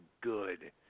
good